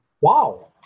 Wow